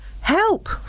help